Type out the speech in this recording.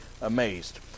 amazed